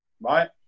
right